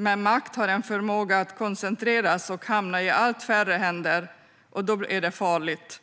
Men makt har en förmåga att koncentreras och hamna i allt färre händer. Då är det farligt.